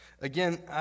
Again